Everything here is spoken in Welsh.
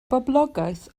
boblogaeth